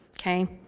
Okay